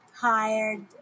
hired